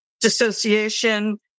dissociation